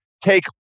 take